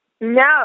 No